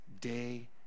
day